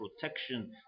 protection